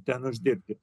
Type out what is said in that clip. ten uždirbti